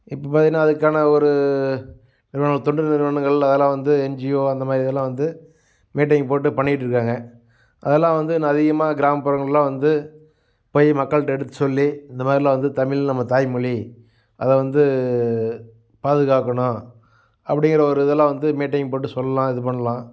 இப்போ பார்த்திங்கனா அதுக்கான ஒரு நிறுவனம் தொண்டு நிறுவனங்கள் அதெல்லாம் வந்து என்ஜிஓ அந்த மாதிரி இதெல்லாம் வந்து மீட்டிங் போட்டு பண்ணிக்கிட்டு இருக்காங்க அதெல்லாம் வந்து இன்னும் அதிகமாக கிராமப்புறங்களுக்கெலாம் வந்து போய் மக்கள்கிட்ட எடுத்து சொல்லி இந்தமாதிரிலான் வந்து தமிழ் நம்ம தாய்மொழி அதை வந்து பாதுகாக்கணும் அப்படிங்கிற ஒரு இதெல்லாம் வந்து மீட்டிங் போட்டு சொல்லலாம் இது பண்ணலாம்